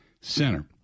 Center